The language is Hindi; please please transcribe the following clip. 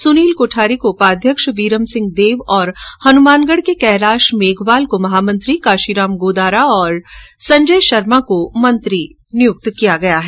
सुनील कोठारी को उपाध्यक्ष वीरमदेव सिंह और हनुमानगढ के कैलाश मेघवाल को महामंत्री काशीराम गोदारा और संजय शर्मा को मंत्री नियुक्त किया गया है